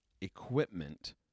equipment